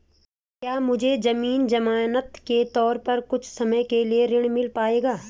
क्या मुझे ज़मीन ज़मानत के तौर पर कुछ समय के लिए ऋण मिल पाएगा?